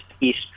East